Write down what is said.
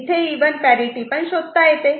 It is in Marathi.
इथे इव्हन पॅरिटि पण शोधता येते